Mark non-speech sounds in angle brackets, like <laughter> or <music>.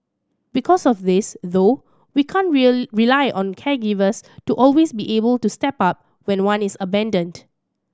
because of this though we can't <unintelligible> rely on caregivers to always be able to step up when one is abandoned